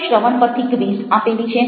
તમે શ્રવણ પરથી ક્વિઝ આપેલી છે